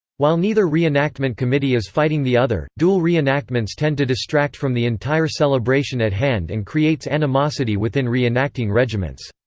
while neither reenactment committee is fighting the other, dual reenactments tend to distract from the entire celebration at hand and creates animosity within re-enacting regiments.